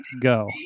go